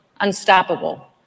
unstoppable